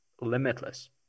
limitless